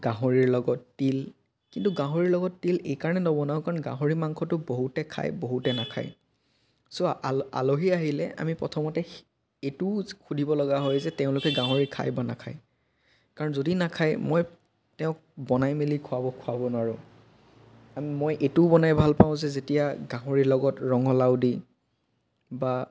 গাহৰিৰ লগত তিল কিন্তু গাহৰি লগত তিল এইকাৰণে নবনাওঁ কাৰণ গাহৰি মাংসটো বহুতে খায় বহুতে নাখায় ছ' আল আলহী আহিলে আমি প্ৰথমতে এইটোও সুধিব লগা হয় যে তেওঁলোকে গাহৰি খায় বা নাখায় কাৰণ যদি নাখায় মই তেওঁক বনাই মেলি খুৱাব নোৱাৰোঁ কাৰণ মই এইটোও বনাই ভাল পাওঁ যে যেতিয়া গাহৰি লগত ৰঙালাও দি বা